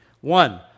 one